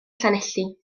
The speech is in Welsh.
llanelli